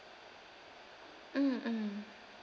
mm mm